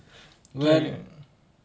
but